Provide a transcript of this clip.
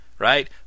Right